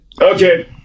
okay